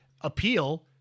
appeal